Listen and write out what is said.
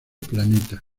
planeta